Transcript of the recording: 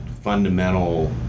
fundamental